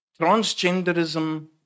transgenderism